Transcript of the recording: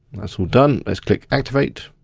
that's all done, let's click activate.